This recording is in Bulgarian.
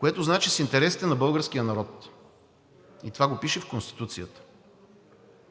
което значи с интересите на българския народ. И това го пише в Конституцията.